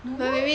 no